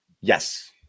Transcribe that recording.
Yes